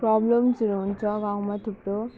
प्रब्लम्सहरू हुन्छ गाउँमा थुप्रो